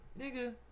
Nigga